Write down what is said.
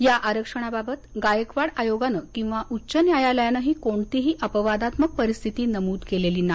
या आरक्षणाबाबत गायकवाड आयोगानं किंवा उच्च न्यायालयानंही कोणतीही अपवादात्मक परिस्थिती नमूद केलेली नाही